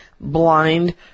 blind